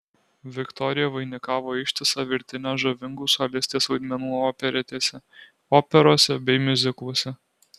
viktorija vainikavo ištisą virtinę žavingų solistės vaidmenų operetėse operose bei miuzikluose